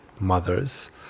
mothers